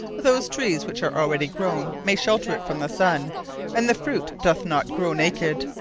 those trees which are already growne, may shelter it from the sunne and the fruit doth not grow naked,